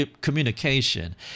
communication